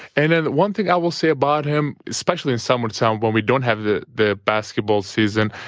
and then one thing i will say about him, especially in summertime when we don't have the the basketball season,